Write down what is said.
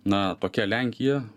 na tokia lenkija